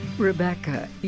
Rebecca